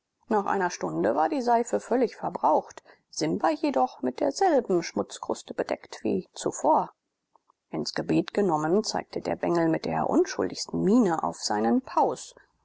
nach einer stunde war die seife völlig verbraucht simba jedoch mit derselben schmutzkruste bedeckt wie zuvor ins gebet genommen zeigte der bengel mit der unschuldigsten miene auf seinen paus